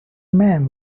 man